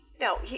No